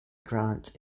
grant